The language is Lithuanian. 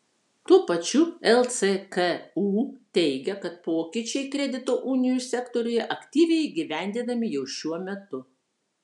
tuo pačiu lcku teigia kad pokyčiai kredito unijų sektoriuje aktyviai įgyvendinami jau šiuo metu